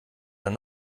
denn